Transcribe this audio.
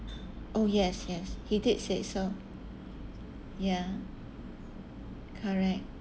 oh yes yes he did said so ya correct